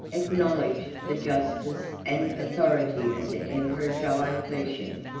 acknowledged the justice and authority of the emperor diocletian.